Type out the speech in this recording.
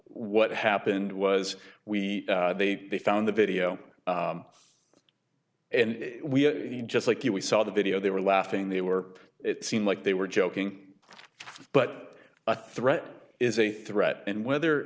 what happened was we they they found the video and we just like you we saw the video they were laughing they were it seemed like they were joking but a threat is a threat and whether